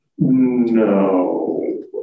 No